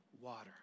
water